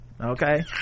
okay